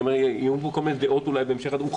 יהיו כאן כל מיני דעות בהמשך הדיון,